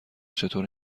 چطور